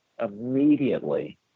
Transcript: immediately